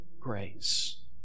grace